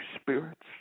spirits